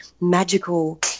magical